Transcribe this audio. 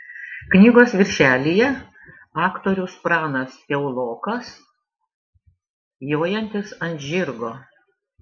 knygos viršelyje aktorius pranas piaulokas jojantis ant žirgo